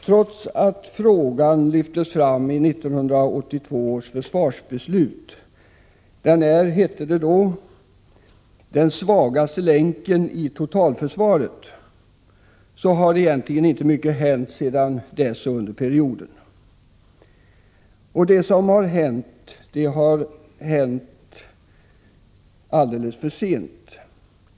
Trots att frågan lyftes fram i 1982 års försvarsbeslut, där det hette att den var den svagaste länken i totalförsvaret, har egentligen inte mycket hänt sedan dess. Det som har hänt, har hänt alldeles för sent.